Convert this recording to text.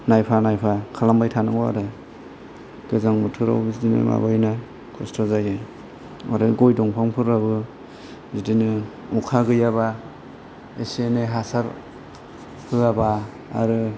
नायफा नायफा खालामबाय थानांगौ आरो गोजां बोथोराव बिदिनो माबायोना खस्थ जायो आरो गय दंफांफोराबो बिदिनो अखा गैयाब्ला एसे एनै हासार होवाब्ला आरो